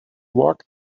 walk